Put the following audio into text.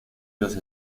los